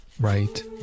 right